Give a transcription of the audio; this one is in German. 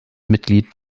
mitglied